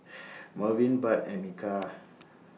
Merwin Budd and Micah